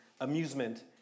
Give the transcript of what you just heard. amusement